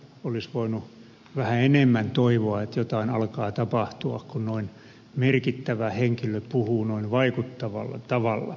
olisi voinut vähän enemmän toivoa että jotain alkaa tapahtua kun noin merkittävä henkilö puhuu noin vaikuttavalla tavalla